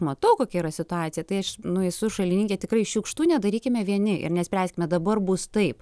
matau kokia yra situacija tai aš nu esu šalininkė tikrai šiukštu nedarykime vieni ir nespręskime dabar bus taip